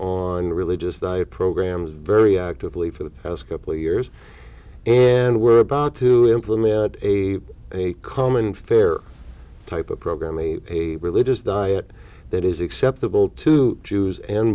on religious diet programs very actively for the past couple of years and we're about to implement a a common fare type of program a religious diet that is acceptable to jews and